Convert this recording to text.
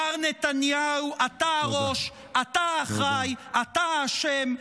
מר נתניהו, אתה הראש, אתה האחראי, אתה האשם.